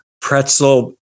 pretzel